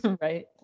Right